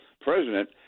president